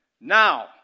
Now